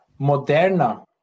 Moderna